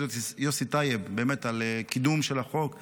יוסי טייב על קידום של החוק במהירות,